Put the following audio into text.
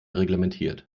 reglementiert